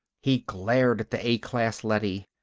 he glared at the a-class leady.